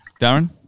Darren